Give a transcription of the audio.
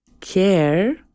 care